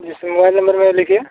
जी sir mobile number मेरा लिखिए